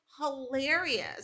hilarious